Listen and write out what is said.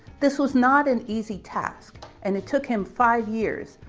this was not an easy task and it took him five years,